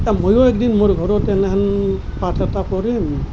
মইও এদিন মোৰ ঘৰত এনেহেন পাঠ এটা কৰিম